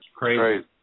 Crazy